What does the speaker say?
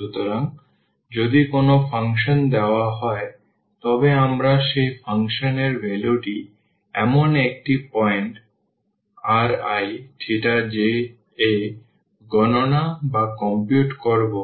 সুতরাং যদি কোনও ফাংশন দেওয়া হয় তবে আমরা সেই ফাংশনের ভ্যালুটি এমন একটি পয়েন্ট rij এ গণনা করব